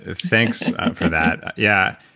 ah thanks for that. yeah.